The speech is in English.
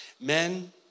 Men